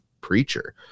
preacher